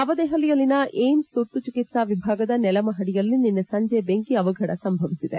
ನವದೆಹಲಿಯಲ್ಲಿನ AIIMS ತುರ್ತು ಚಿಕಿತ್ಸಾ ವಿಭಾಗದ ನೆಲಮಹಡಿಯಲ್ಲಿ ನಿನ್ನೆ ಸಂಜೆ ಬೆಂಕಿ ಅವಘಡ ಸಂಭವಿಸಿದೆ